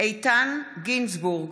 מתחייב אני איתן גינזבורג,